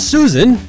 Susan